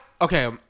Okay